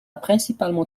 principalement